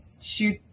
shoot